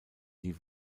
die